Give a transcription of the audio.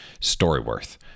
StoryWorth